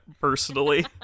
personally